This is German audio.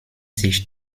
sich